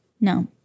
No